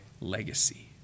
legacy